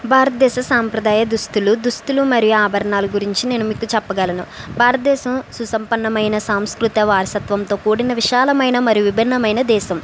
భారతదేశ సాంప్రదాయ దుస్తులు దుస్తులు మరియు ఆభరణాల గురించి నేను మీకు చెప్పగలను భారతదేశం సుసంపన్నమైన సంస్కృత వారసత్వంతో కూడిన విశాలమైన మరియు విభిన్నమైన దేశం